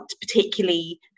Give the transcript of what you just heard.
particularly